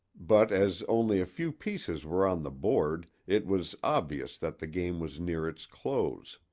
but as only a few pieces were on the board it was obvious that the game was near its close.